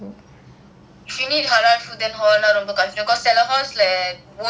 இனி:ini halal food வாங்குறது எல்லாம் கஷ்டம்:vangurathu ellaam kashtam won't even have canteen